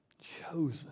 chosen